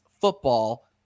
football